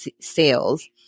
sales